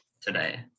today